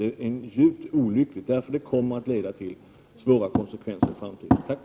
Det är djupt olyckligt och kommer att leda till svåra konsekvenser i framtiden.